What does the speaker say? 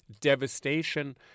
devastation